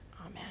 Amen